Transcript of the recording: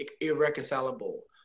irreconcilable